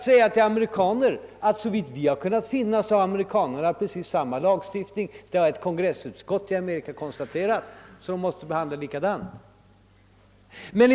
Såvitt vi har kunnat finna har ett kongressutskott i Amerika konstaterat, att amerikanerna har precis samma lagstiftning.